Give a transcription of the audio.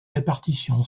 répartition